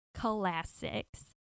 classics